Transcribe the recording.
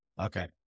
Okay